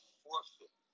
forfeit